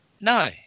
No